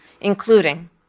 including